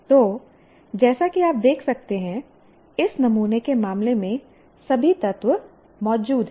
तो जैसा कि आप देख सकते हैं कि इस नमूने के मामले में सभी तत्व मौजूद हैं